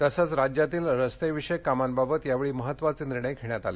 तसंच राज्यातील रस्ते विषयक कामांबाबत यावेळी महत्त्वाचे निर्णय घेण्यात आले